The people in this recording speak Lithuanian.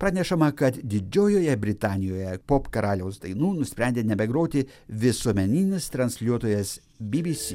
pranešama kad didžiojoje britanijoje po karaliaus dainų nusprendė nebegroti visuomeninis transliuotojas bbc